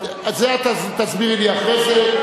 את זה את תסבירי לי אחרי זה.